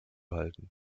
halten